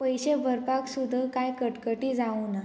पयशे भरपाक सुद्दां कांय कटकटी जावूं ना